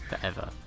forever